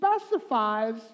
specifies